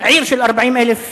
עיר של 40,000 תושבים,